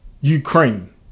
Ukraine